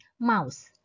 Mouse